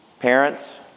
Parents